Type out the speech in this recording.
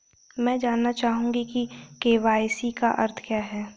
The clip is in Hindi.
मैं जानना चाहूंगा कि के.वाई.सी का अर्थ क्या है?